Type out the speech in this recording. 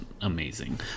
amazing